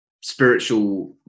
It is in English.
spiritual